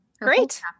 great